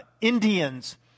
Indians